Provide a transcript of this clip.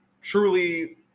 truly